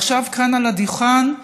ועכשיו, כאן על הדוכן,